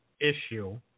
issue